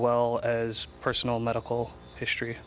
well as personal medical history